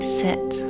sit